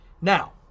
Now